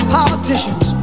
politicians